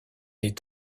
est